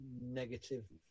negative